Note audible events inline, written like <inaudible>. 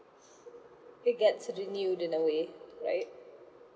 <breath> it get to renew in the way right